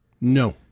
No